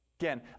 Again